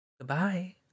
Goodbye